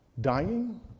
dying